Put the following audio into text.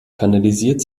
kanalisiert